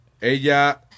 Ella